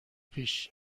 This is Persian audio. پیش